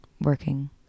working